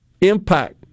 impact